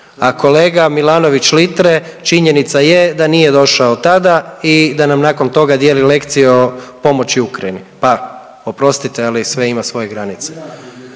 A kolega Milanović Litre činjenica je da nije došao tada i da nam nakon toga dijeli lekcije o pomoći Ukrajini, pa oprostite ali sve ima svoje granice.